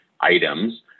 items